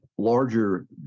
larger